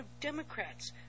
Democrats